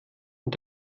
und